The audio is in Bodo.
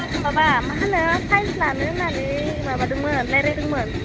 माबा मा होनो साइन्स लानो होननानै माबादोंमोन रायज्लायदोंमोन